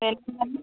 maximum